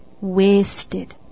Wasted